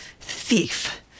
Thief